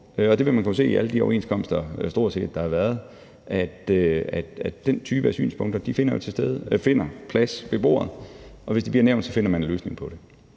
det vil man kunne se i alle de overenskomster, stort set, der har været, altså at den type af synspunkter finder plads ved bordet. Og hvis det bliver nævnt, så finder man en løsning på det.